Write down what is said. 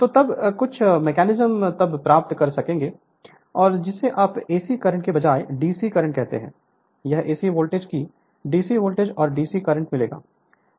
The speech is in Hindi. तो तब कुछ मेकैनिज्म तब प्राप्त कर सकते हैं जिसे आप एसी करंट के बजाय डीसी करंट कहते हैं या एसी वोल्टेज को डीसी वोल्टेज और डीसी करंट मिलेगा